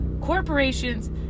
corporations